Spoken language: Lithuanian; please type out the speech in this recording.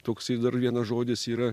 toksai dar vienas žodis yra